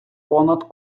понад